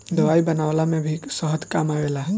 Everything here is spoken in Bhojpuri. दवाई बनवला में भी शहद काम आवेला